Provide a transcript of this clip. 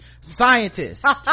scientists